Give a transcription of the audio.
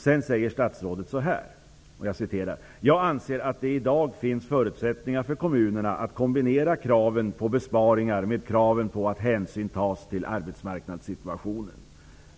Sedan säger statsrådet så här: ''Jag anser att det i dag finns förutsättningar för kommunerna att kombinera kraven på besparingar med kraven på att hänsyn tas till arbetsmarknadssituationen.''